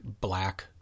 black